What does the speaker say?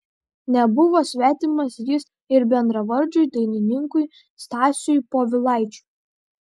nebuvo svetimas jis ir bendravardžiui dainininkui stasiui povilaičiui